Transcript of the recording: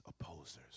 opposers